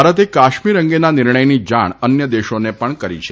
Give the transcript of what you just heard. ભારતે કાશ્મીર અંગેના નિર્ણયની જાણ અન્ય દેશોને પણ કરી છે